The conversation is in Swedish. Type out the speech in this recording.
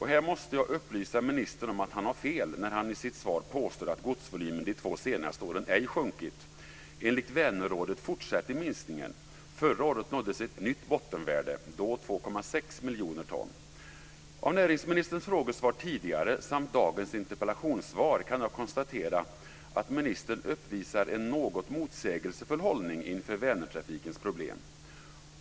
Här måste jag upplysa ministern om att han hade fel när han i sitt svar påstod att godsvolymen de senaste två åren ej sjunkit. Enligt Vänerrådet fortsätter minskningen. Förra året nåddes ett nytt bottenvärde på 2,6 miljoner ton. Av näringsministerns tidigare frågesvar samt dagens interpellationssvar kan jag konstatera att ministern uppvisar en något motsägelsefull hållning inför Vänertrafikens problem.